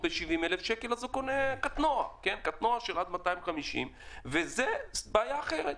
ב-70,000 שקל אז הם קונים קטנוע של עד 250. זאת בעיה אחרת.